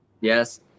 Yes